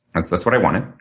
that's that's what i wanted.